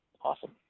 awesome